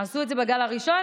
עשו את זה בגל הראשון?